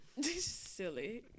Silly